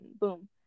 boom